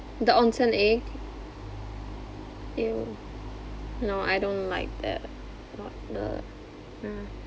the onsen egg !eww! no I don't like that not the ah